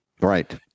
Right